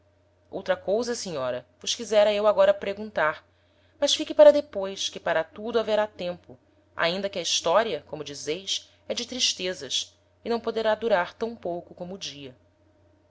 outra cousa senhora vos quisera eu agora preguntar mas fique para depois que para tudo haverá tempo ainda que a historia como dizeis é de tristezas e não poderá durar tam pouco como o dia